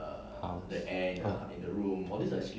ah ah